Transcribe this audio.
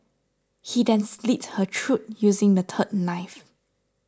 he then slit her throat using the third knife